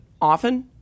often